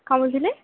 କ'ଣ ବୁଝିଲେ